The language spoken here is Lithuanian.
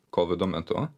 kovido metu